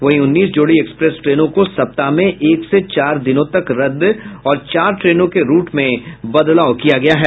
वहीं उन्नीस जोड़ी एक्सप्रेस ट्रेनों को सप्ताह में एक से चार दिनों तक रद्द और चार ट्रेनों के रूट में बदलाव किया गया है